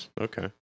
Okay